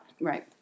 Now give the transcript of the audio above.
right